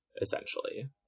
Essentially